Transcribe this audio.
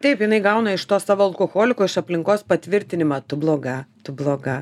taip jinai gauna iš to savo alkoholiko iš aplinkos patvirtinimą tu bloga tu bloga